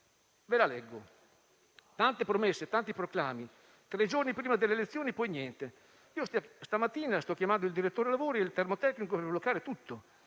tenore: tante promesse, tanti proclami tre giorni prima delle elezioni poi niente; stamattina ha chiamato il direttore dei lavori e il termotecnico per bloccare;